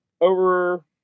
over